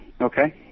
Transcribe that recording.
Okay